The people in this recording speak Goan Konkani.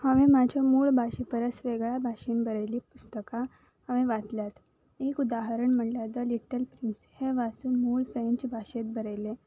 हांवें म्हाजे मूळ भाशे परस वेगळ्या भाशेन बरयल्लीं पुस्तकां हांवें वाचल्यात एक उदाहरण म्हणल्यार द लिटल प्रिंस हें वाचून मूळ फ्रेंच भाशेेतंत बरयलें